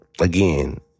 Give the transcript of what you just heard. again